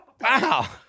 Wow